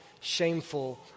shameful